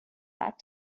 that